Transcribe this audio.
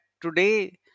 today